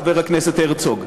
חבר הכנסת הרצוג.